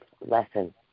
lesson